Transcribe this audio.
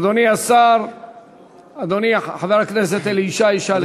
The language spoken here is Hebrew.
אדוני חבר הכנסת אלי ישי ישאל את השר.